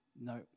No